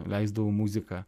leisdavau muziką